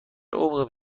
عمقی